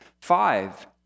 five